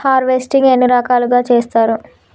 Harvesting ఎన్ని రకాలుగా చేస్తరు?